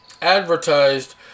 advertised